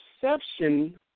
perception